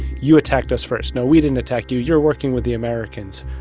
you attacked us first. no, we didn't attack you. you're working with the americans.